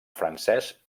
francès